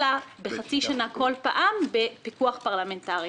אלא בחצי שנה כל פעם בפיקוח פרלמנטרי.